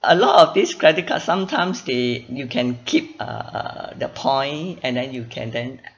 a lot of these credit cards sometimes they you can keep err err the point and then you can then